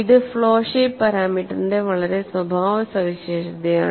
ഇത് flow shape പാരാമീറ്ററിന്റെ വളരെ സ്വഭാവ സവിശേഷതയാണ്